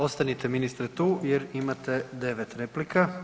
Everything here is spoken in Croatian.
Ostanite ministre tu jer imate 9 replika.